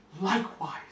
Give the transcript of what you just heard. likewise